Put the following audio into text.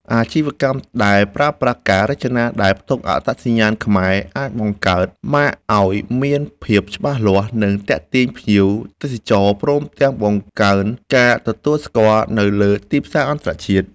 អាជីវកម្មដែលប្រើប្រាស់ការរចនាដែលផ្ទុកអត្តសញ្ញាណខ្មែរ អាចបង្កើតម៉ាកឲ្យមានភាពច្បាស់លាស់ និងទាក់ទាញភ្ញៀវទេសចរព្រមទាំងបង្កើនការទទួលស្គាល់នៅលើទីផ្សារអន្តរជាតិ។